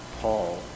Paul